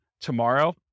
tomorrow